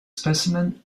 specimen